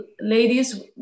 ladies